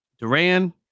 Duran